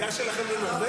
לא הבנתי, שלכם הוא נורבגי?